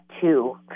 two